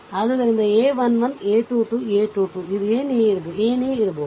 ಆದ್ದರಿಂದ a 1 1 a 2 2 a 2 2 ಇದು ಏನೇ ಇರಬಹುದು